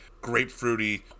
grapefruity